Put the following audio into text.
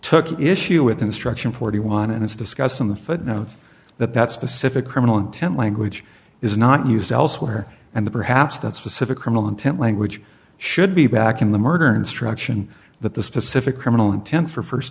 took issue with instruction forty one and it's discussed in the footnotes that that specific criminal intent language is not used elsewhere and the perhaps that's pacific criminal intent language should be back in the murder instruction that the specific criminal intent for first